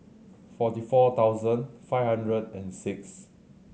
forty four thousand five hundred and six